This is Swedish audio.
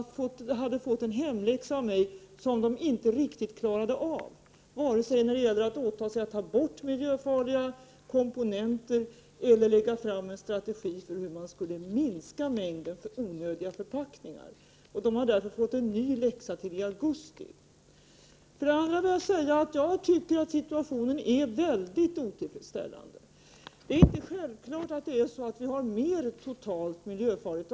Vid ett tidigare tillfälle fick dessa personer en hemläxa av mig, som de inte riktigt klarade av vare sig när det gäller att åta sig att få bort miljöfarliga komponenter eller när det gäller att presentera en strategi för hur man skulle minska mängden onödiga förpackningar. De har därför fått en ny hemläxa till i augusti. För det andra vill jag säga att jag tycker att nuvarande situation är mycket otillfredsställande. Det är inte självklart att mängden miljöfarligt avfall totalt sett är större nu än den var tidigare.